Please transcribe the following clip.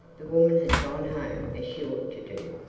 the woman has gone home as she ought to do.